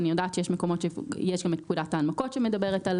אני יודעת שיש מקומות שיש שם את פקודת ההנמקות שמדברת.